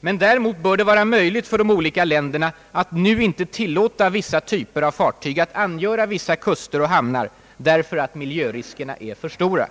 Men däremot bör det vara möjligt för de olika länderna att nu inte tillåta vissa typer av fartyg att angöra vissa kuster och hamnar därför att miljöriskerna är för stora.